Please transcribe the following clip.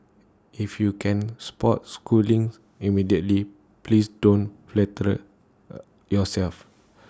if you can spot Schoolings immediately please don't flatter A yourself